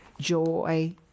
joy